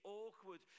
awkward